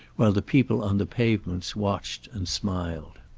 while the people on the pavements watched and smiled.